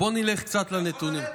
בואו נלך קצת לנתונים.